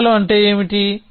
తేడాలు అంటే ఏమిటి